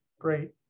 great